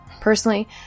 Personally